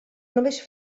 només